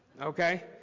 Okay